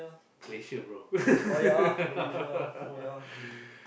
Malaysia bro